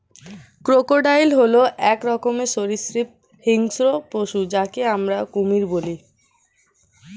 crocodile হল এক রকমের সরীসৃপ হিংস্র পশু যাকে আমরা কুমির বলি